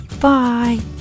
bye